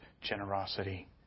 generosity